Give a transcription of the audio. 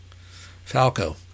Falco